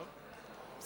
כבודו.